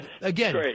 again